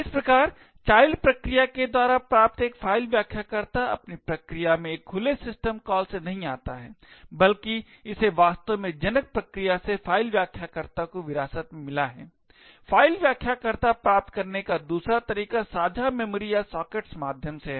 इस प्रकार चाइल्ड प्रक्रिया के द्वारा प्राप्त एक फाइल व्याख्याकर्ता अपनी प्रक्रिया में एक खुले सिस्टम कॉल से नहीं आता है बल्कि इसे वास्तव में जनक प्रक्रिया से फाइल व्याख्याकर्ता को विरासत में मिला है फाइल व्याख्याकर्ता प्राप्त करने का दूसरा तरीका साझा मेमोरी या सॉकेट्स माध्यम से है